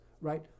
right